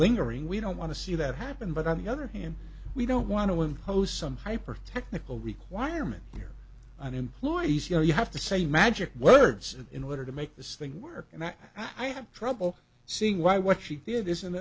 lingering we don't want to see that happen but on the other hand we don't want to impose some hyper technical requirement here on employees you know you have to say magic words in order to make this thing work and that i have trouble seeing why what she did is